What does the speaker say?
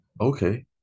okay